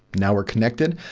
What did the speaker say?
now we're connected.